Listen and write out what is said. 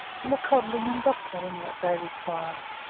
and the coddling and doctoring they require.